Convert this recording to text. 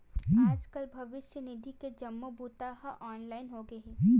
आजकाल भविस्य निधि के जम्मो बूता ह ऑनलाईन होगे हे